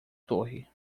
torre